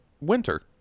winter